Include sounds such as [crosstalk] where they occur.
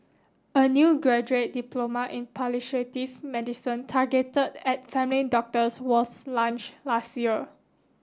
a new graduate diploma in [unintelligible] medicine targeted at family doctors was launched last year